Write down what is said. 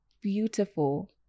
beautiful